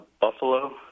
Buffalo